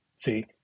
See